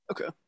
Okay